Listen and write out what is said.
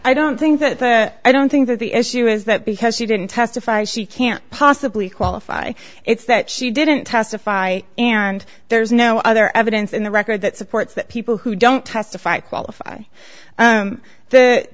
i don't think that i don't think that the issue is that because she didn't testify she can't possibly qualify it's that she didn't testify and there's no other evidence in the record that supports people who don't testify qualify to the